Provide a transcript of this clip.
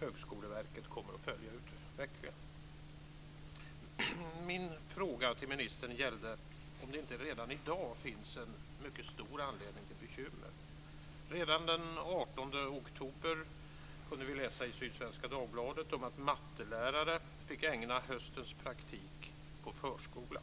Högskoleverket kommer att följa utvecklingen. Min fråga till ministern gällde om det inte redan i dag finns en mycket stor anledning till bekymmer. Redan den 18 oktober kunde vi läsa i Sydsvenska Dagbladet att mattelärare fick ägna höstens praktik åt förskolan.